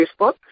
Facebook